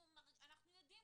אנחנו יודעים,